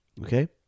okay